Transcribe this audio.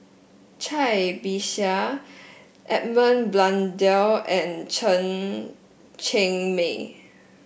Cai Bixia Edmund Blundell and Chen Cheng Mei